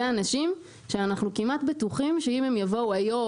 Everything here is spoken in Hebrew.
זה אנשים שאנחנו כמעט בטוחים שאם הם יבואו היום